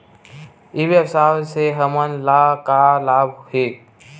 ई व्यवसाय से हमन ला का लाभ हे?